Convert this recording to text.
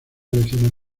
elecciones